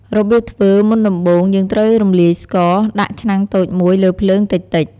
របៀបធ្វើមុនដំបូងយើងត្រូវរំលាយស្ករ ដាក់ឆ្នាំងតូចមួយលើភ្លើងតិចៗ។